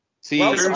See